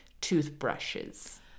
toothbrushes